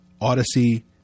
Odyssey